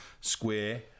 square